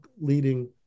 leading